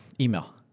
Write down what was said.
email